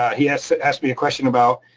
he asked asked me a question about,